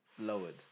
lowered